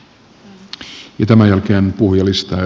tämän jälkeen puhujalistaan